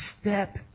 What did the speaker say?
step